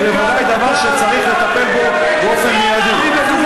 זה בוודאי דבר שצריך לטפל בו באופן מיידי.